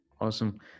Awesome